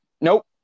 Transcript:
Nope